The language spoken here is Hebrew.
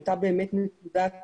הייתה באמת נקודת